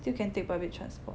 still can take public transport